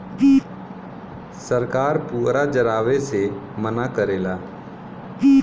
सरकार पुअरा जरावे से मना करेला